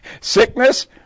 sickness